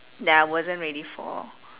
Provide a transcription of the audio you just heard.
that I wasn't ready for